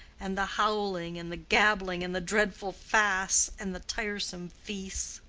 and the howling, and the gabbling, and the dreadful fasts, and the tiresome feasts,